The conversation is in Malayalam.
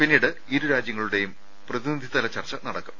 പിന്നീട് ഇരുരാജ്യങ്ങളുടെയും പ്രതിനിധിതല ചർച്ച നടക്കും